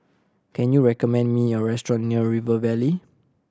can you recommend me a restaurant near River Valley